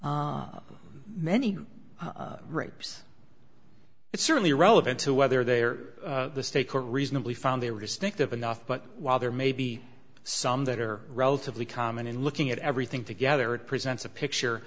to many rapes it's certainly relevant to whether they are the state court reasonably found they were distinctive enough but while there may be some that are relatively common in looking at everything together it presents a picture